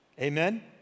Amen